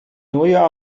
neujahr